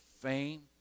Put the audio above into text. fame